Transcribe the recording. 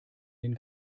den